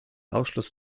ausschluss